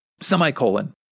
semicolon